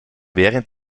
während